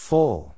Full